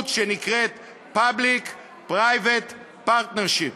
שנקראת Public-Private Partnership.